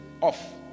off